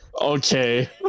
Okay